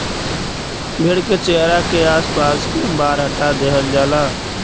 भेड़ के चेहरा के आस पास के बार हटा देहल जात बाटे